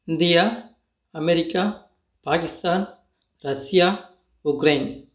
India America Pakistan Russia Ukraine